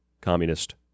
Communist